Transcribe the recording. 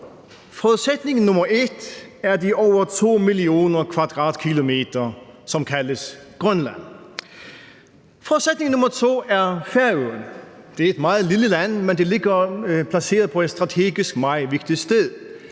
Forudsætning nummer 1 er de over 2 mio. km², som kaldes Grønland. Forudsætning nummer 2 er Færøerne – det er et meget lille land, men det ligger placeret på et strategisk meget vigtigt sted,